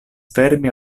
fermi